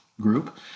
group